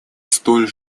столь